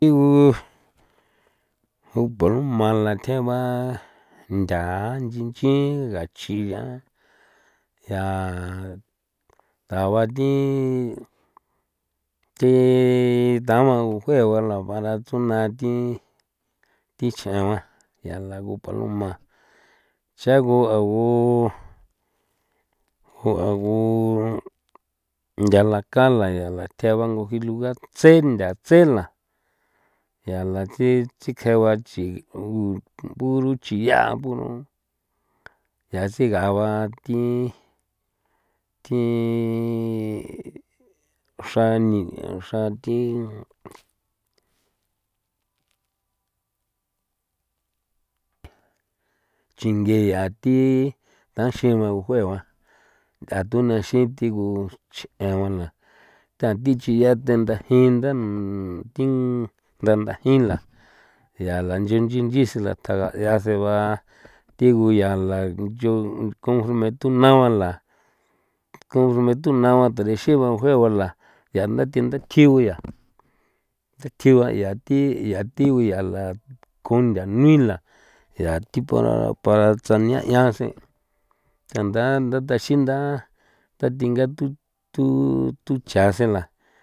Thi gu gu paloma la tjeba ntha nchi nchi gachia ya taba thi thi tama gujue bala bala tsuna thii thi ch'e gua yala gu paloma cha gu a gu ju a gu nthala kala yala theba ngu ji lugar tsentha tsela yala thi tsikjegua chin gu puro chiyac puro ya tsigaba thi thi xra ni xra thi chinge ya thi tanxiba gujueba nth'a tunaxi thigu x'egua la ta thi chi'ie tendanji nda thin nda ndajin la yala nchenchi xila taga 'ia seba thi guyala ncho conforme tunagua la conforme tunagua tarexiba gujue bala yaa ndathe nda tjigu ya ndathi ya ba ya thi ya thi guyala kontha nila ya thi para para tsania'a ya sen nda nda thaxinda ndathinga thu thu thu chan sela.